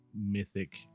mythic